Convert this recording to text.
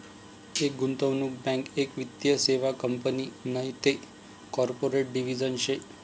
एक गुंतवणूक बँक एक वित्तीय सेवा कंपनी नैते कॉर्पोरेट डिव्हिजन शे